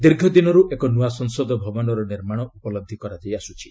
ଦୀର୍ଘଦିନରୁ ଏକ ନୂଆ ସଂସଦ ଭବନର ନିର୍ମାଣ ଉପଲବ୍ଧି କରାଯାଇ ଆସୁଛି